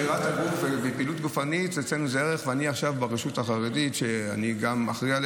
השרה יודעת עם איזה --- אבל עכשיו אני מודע.